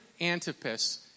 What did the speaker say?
Antipas